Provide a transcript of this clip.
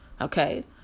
Okay